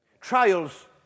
Trials